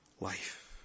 life